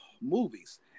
Movies